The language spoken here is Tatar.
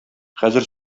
хәзер